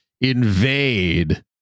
invade